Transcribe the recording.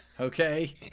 Okay